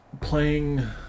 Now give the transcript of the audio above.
playing